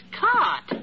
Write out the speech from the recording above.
caught